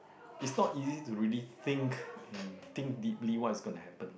it's not easy to really think and think deeply what is gonna happen